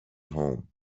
home